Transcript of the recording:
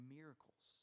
miracles